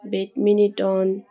badminton